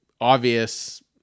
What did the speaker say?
Obvious